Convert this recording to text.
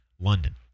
London